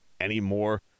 anymore